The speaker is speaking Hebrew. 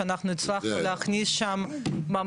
שאנחנו הצלחנו להכניס שם,